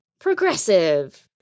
Progressive